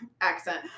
accent